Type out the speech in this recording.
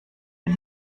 mit